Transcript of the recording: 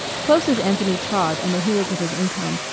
closely as anthony trod on the heels of his income,